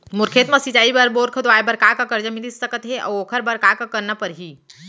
मोर खेत म सिंचाई बर बोर खोदवाये बर का का करजा मिलिस सकत हे अऊ ओखर बर का का करना परही?